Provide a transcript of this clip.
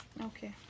Okay